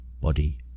body